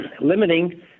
limiting